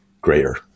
greater